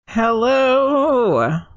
Hello